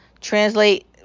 Translate